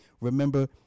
remember